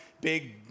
big